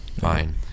Fine